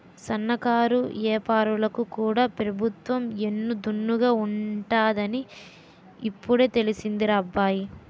సన్నకారు ఏపారాలకు కూడా పెబుత్వం ఎన్ను దన్నుగా ఉంటాదని ఇప్పుడే తెలిసిందిరా అబ్బాయి